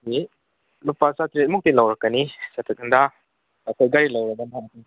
ꯂꯨꯄꯥ ꯆꯥꯇ꯭ꯔꯦꯠ ꯃꯨꯛꯇꯤ ꯂꯧꯔꯛꯀꯅꯤ ꯍꯪꯒꯠ ꯍꯟꯗꯥ ꯑꯩꯈꯣꯏ ꯒꯥꯔꯤ ꯂꯧꯔꯒꯅ